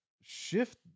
shift